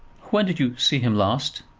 when did you see him last?